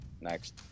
next